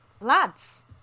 lads